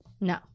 No